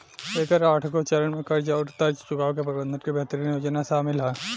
एकर आठगो चरन में कर्ज आउर कर्ज चुकाए के प्रबंधन के बेहतरीन योजना सामिल ह